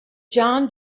john